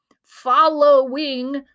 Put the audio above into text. Following